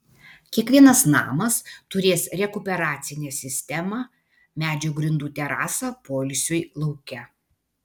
kiekvienas namas turės rekuperacinę sistemą medžio grindų terasą poilsiui lauke